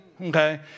okay